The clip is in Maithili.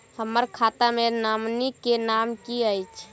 हम्मर खाता मे नॉमनी केँ नाम की छैय